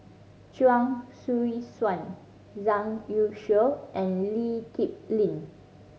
Chuang Hui Tsuan Zhang Youshuo and Lee Kip Lin